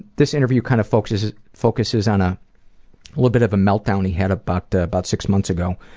this interview kind of focuses focuses on a little bit of a meltdown he had but about six months ago.